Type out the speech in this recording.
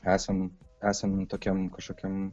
esam esam tokiam kažkokiam